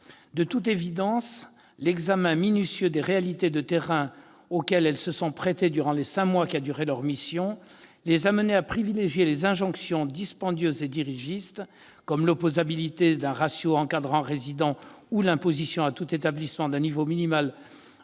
De toute évidence, l'examen minutieux des réalités de terrain auxquelles ils se sont prêtés durant les cinq mois qu'a duré leur mission les a menés à privilégier les injonctions dispendieuses et dirigistes, comme l'opposabilité d'un ratio encadrants-résidents ou l'imposition à tout établissement d'un niveau minimal